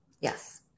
Yes